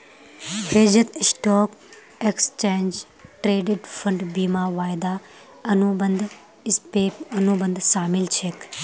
हेजत stock, exchange traded fund, बीमा, वायदा अनुबंध, स्वैप, अनुबंध शामिल छेक